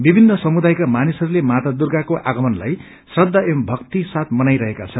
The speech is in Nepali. विभिन्न समुदायका मानिसहरूले माता दुर्गाको आगमनलाई श्रदा एवं भक्ति साथ मनाईरहेका छन्